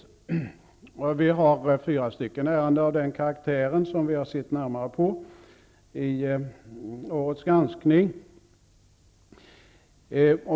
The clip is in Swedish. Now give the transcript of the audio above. Det är flera ärenden av den karaktären som vi sett närmare på i årets granskning.